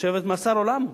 לשבת במאסר עולם.